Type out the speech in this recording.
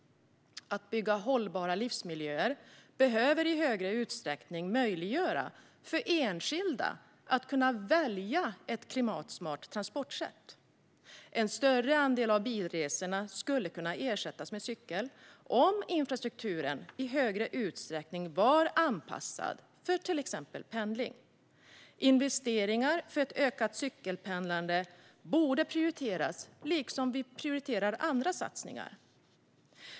Att bygga hållbara livsmiljöer behöver i högre utsträckning möjliggöra för enskilda att kunna välja ett klimatsmart transportsätt. En större andel av bilresorna skulle kunna ersättas med cykel om infrastrukturen i högre utsträckning var anpassad för till exempel pendling. Investeringar för ett ökat cykelpendlande borde prioriteras liksom vi prioriterar andra satsningar.